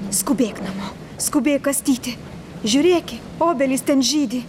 skubėk namo skubėk kąstyti žiūrėki obelis ten žydi